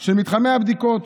של מתחמי הבדיקות.